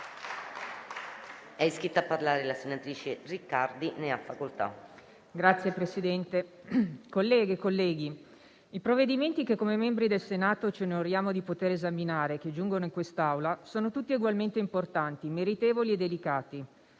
Signor Presidente, colleghe, colleghi, i provvedimenti che, come membri del Senato, ci onoriamo di poter esaminare e che giungono in quest'Aula sono tutti egualmente importanti, meritevoli e delicati.